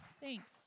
Thanks